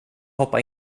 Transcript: hoppa